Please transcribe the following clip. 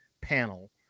panel